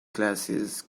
glasses